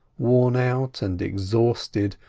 worn out and exhausted,